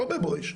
לא ב"בואש".